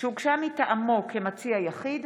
שהוגשה מטעמו כמציע יחיד,